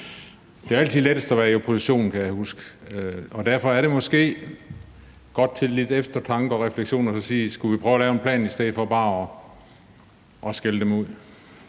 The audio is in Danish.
at det altid er lettest at være i opposition; det kan jeg huske. Og derfor er det måske godt med lidt eftertanke og refleksion og så sige: Lad os prøve at lave en plan i stedet for bare at skælde dem ud.